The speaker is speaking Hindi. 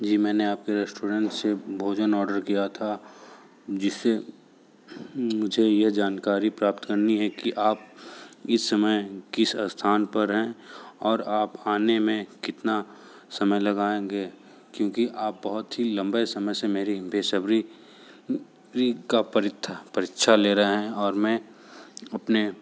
जी मैं आपके रेस्टोरेंट से भोजन आर्डर किया था जिससे मुझे यह जानकारी प्राप्त करनी है कि आप इस समय किस स्थान पर हैं और आप आने में कितना समय लगाएंगे क्योंकि आप बहुत ही लम्बे समय से मेरी बेसब्री का परीक्षा परीक्षा ले रहे हैं और मैं अपने